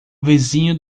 vizinho